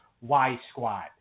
Y-Squad